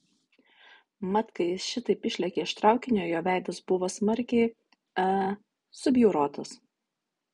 mat kai jis šitaip išlėkė iš traukinio jo veidas buvo smarkiai e subjaurotas